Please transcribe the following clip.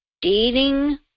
dating